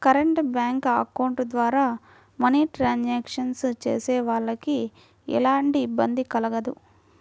current bank account ద్వారా money transactions చేసేవాళ్ళకి ఎలాంటి ఇబ్బంది కలగదు